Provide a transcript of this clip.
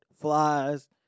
flies